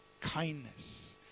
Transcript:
kindness